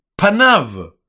panav